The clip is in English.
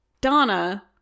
donna